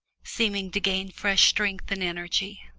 seeming to gain fresh strength and energy.